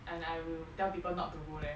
and I will tell people not to go there